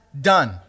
done